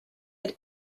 had